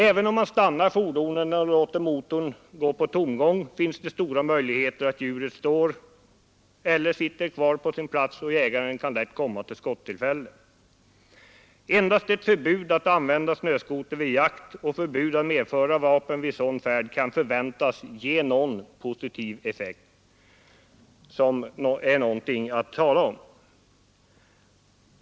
Även om man stannar fordonet och låter motorn gå på tomgång finns det stora möjligheter att djuret står eller sitter kvar på sin plats, och jägaren kan då lätt komma i skottillfälle. Endast ett förbud att använda snöskoter vid jakt och förbud att medföra vapen vid sådan färd kan förväntas ge en positiv effekt som är någonting att tala om.